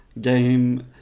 game